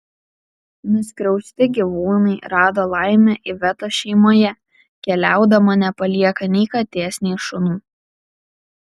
nuskriausti gyvūnai rado laimę ivetos šeimoje keliaudama nepalieka nei katės nei šunų